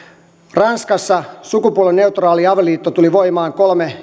ranskassa sukupuolineutraali avioliitto tuli voimaan kolme